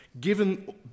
given